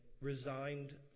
resigned